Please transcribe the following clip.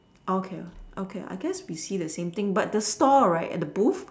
okay okay I guess we see the same thing but the stall right at the booth